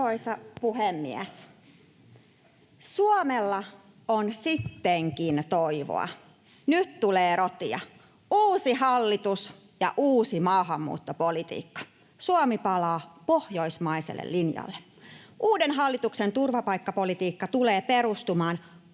Arvoisa puhemies! Suomella on sittenkin toivoa. Nyt tulee rotia: uusi hallitus ja uusi maahanmuuttopolitiikka. Suomi palaa pohjoismaiselle linjalle. Uuden hallituksen turvapaikkapolitiikka tulee perustumaan